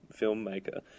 filmmaker